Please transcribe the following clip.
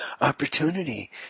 opportunity